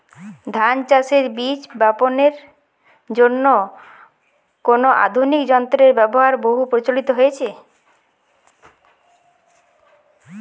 ধান চাষের বীজ বাপনের জন্য কোন আধুনিক যন্ত্রের ব্যাবহার বহু প্রচলিত হয়েছে?